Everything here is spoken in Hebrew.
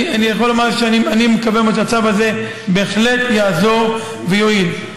אני מקווה מאוד שהצו הזה בהחלט יעזור ויועיל.